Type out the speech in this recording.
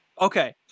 Okay